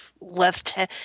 left